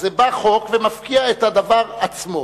אז בא חוק ומפקיע את הדבר עצמו.